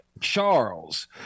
Charles